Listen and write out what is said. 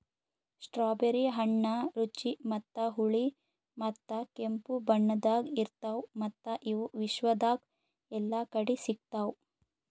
strawberry ಹಣ್ಣ ರುಚಿ ಮತ್ತ ಹುಳಿ ಮತ್ತ ಕೆಂಪು ಬಣ್ಣದಾಗ್ ಇರ್ತಾವ್ ಮತ್ತ ಇವು ವಿಶ್ವದಾಗ್ ಎಲ್ಲಾ ಕಡಿ ಸಿಗ್ತಾವ್